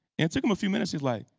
it took him a few minutes, he's like,